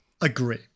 agree